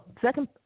second